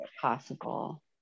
possible